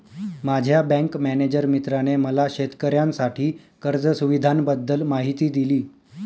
माझ्या bank manager मित्राने मला शेतकऱ्यांसाठी कर्ज सुविधांबद्दल माहिती दिली